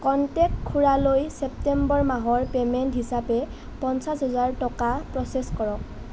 contact খুড়ালৈ September মাহৰ payment হিচাপে পঞ্চাছ হাজাৰ টকা প্ৰচেছ কৰক